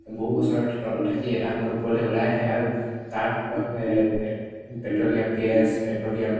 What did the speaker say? বহু বছৰ তলত থাকি এটা সময়ত ওপৰলে ওলাই আহে আৰু তাৰ ফলত পে পেট্ৰ'লিয়াম গেছ পেট্ৰ'লিয়াম